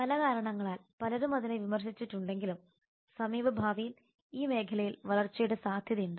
പല കാരണങ്ങളാൽ പലരും അതിനെ വിമർശിച്ചിട്ടുണ്ടെങ്കിലും സമീപഭാവിയിൽ ഈ മേഖലയിൽ വളർച്ചയുടെ സാധ്യതയുണ്ട്